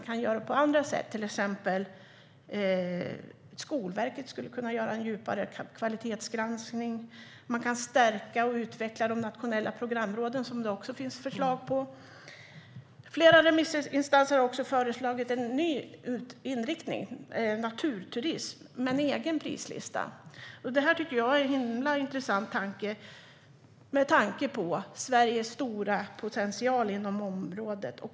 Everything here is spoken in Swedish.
Bland annat skulle Skolverket kunna göra en djupare kvalitetsgranskning, och de nationella programråden kan stärkas och utvecklas. Flera remissinstanser har också föreslagit en ny inriktning, naturturism, med en egen prislista. Jag tycker att det låter himla intressant med tanke på Sveriges stora potential inom området.